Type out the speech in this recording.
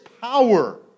power